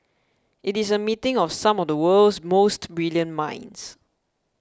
it is a meeting of some of the world's most brilliant minds